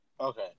Okay